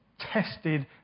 Tested